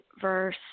verse